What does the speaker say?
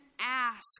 ask